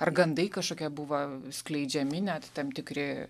ar gandai kažkokie buvo skleidžiami net tam tikri